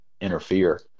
interfere